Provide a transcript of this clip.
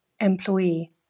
employee